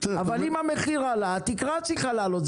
אבל אם המחיר עלה, התקרה צריכה לעלות.